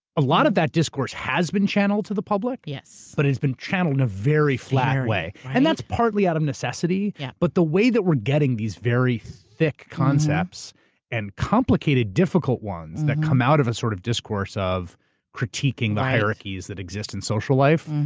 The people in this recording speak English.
a lot of that discourse has been channeled to the public, but has been channeled in a very flat way. and that's partly out of necessity. yeah but the way that we're getting these very thick concepts and complicated, difficult ones that come out of a sort of discourse of critiquing the hierarchies that exist in social life,